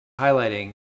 highlighting